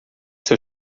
seu